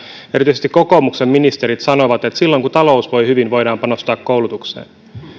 erityisesti kokoomuksen ministerit sanovat että silloin kun talous voi hyvin voidaan panostaa koulutukseen